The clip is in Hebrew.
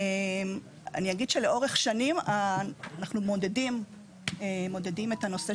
אגיד שלאורך שנים אנחנו מודדים את הנושא